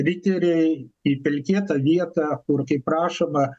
riteriai į pelkėtą vietą kur kaip rašoma